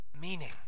meaning